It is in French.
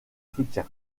soutien